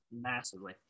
Massively